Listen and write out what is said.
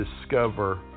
discover